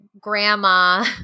grandma